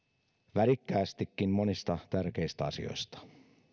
värikkäästikin monista tärkeistä asioista